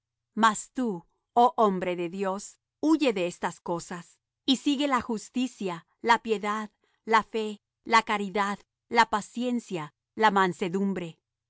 mas tú oh hombre de dios huye de estas cosas y sigue la justicia la piedad la fe la caridad la paciencia la mansedumbre